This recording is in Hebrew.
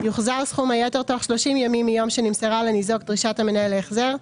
יוחזר סכום היתר תוך 30 ימים מיום שנמסרה לניזוק דרישת המנהל להחזר,